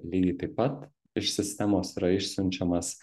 lygiai taip pat iš sistemos yra išsiunčiamas